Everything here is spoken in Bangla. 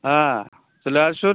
হ্যাঁ চলে আসুন